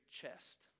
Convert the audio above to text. chest